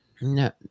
no